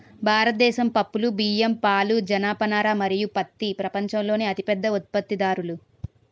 భారతదేశం పప్పులు, బియ్యం, పాలు, జనపనార మరియు పత్తి ప్రపంచంలోనే అతిపెద్ద ఉత్పత్తిదారులు